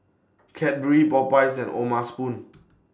Cadbury Popeyes and O'ma Spoon